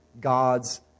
God's